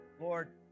Lord